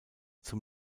zum